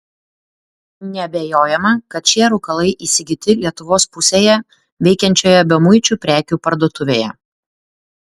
neabejojama kad šie rūkalai įsigyti lietuvos pusėje veikiančioje bemuičių prekių parduotuvėje